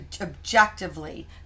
objectively